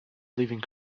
living